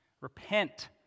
Repent